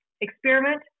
experiment